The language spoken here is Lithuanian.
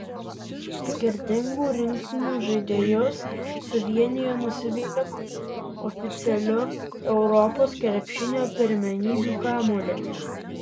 skirtingų rinktinių žaidėjus suvienijo nusivylimas oficialiu europos krepšinio pirmenybių kamuoliu